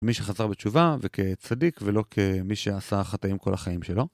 מי שחזר בתשובה וכצדיק ולא כמי שעשה חטאים כל החיים שלו.